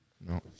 No